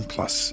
Plus